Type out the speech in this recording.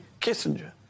Kissinger